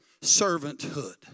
servanthood